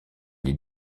les